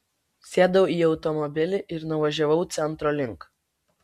sėdau į automobilį ir nuvažiavau centro link